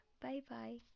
bye-bye